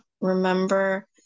Remember